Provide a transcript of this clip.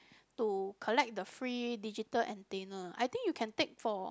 to collect the free digital antenna I think you can take for